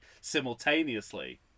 simultaneously